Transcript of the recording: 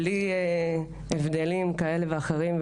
בלי הבדלים כאלה ואחרים,